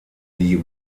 die